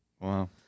Wow